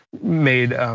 made